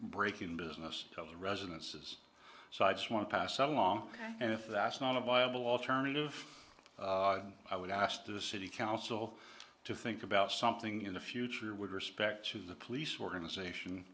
break in business and residences so i just want to pass along and if that's not a viable alternative i would ask the city council to think about something in the future would respect to the police organization